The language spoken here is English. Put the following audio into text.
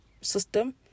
system